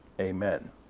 Amen